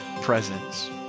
presence